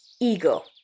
eagle